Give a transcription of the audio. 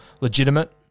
legitimate